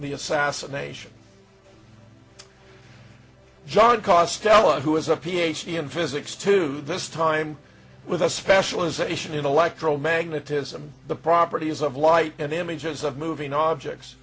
the assassination john costella who has a ph d in physics to this time with a specialization in electromagnetism the properties of light and images of moving objects